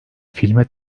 filme